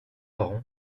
parents